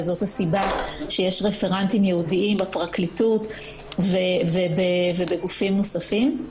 וזאת הסיבה שיש רפרנטים ייעודיים בפרקליטות ובגופים נוספים.